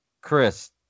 Chris